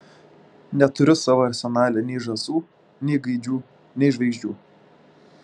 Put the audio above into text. neturiu savo arsenale nei žąsų nei gaidžių nei žvaigždžių